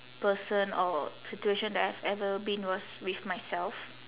person or situation that I've ever been was with myself